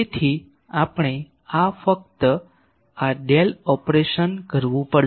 તેથી આપણે ફક્ત આ ડેલ ઓપરેશન કરવું પડશે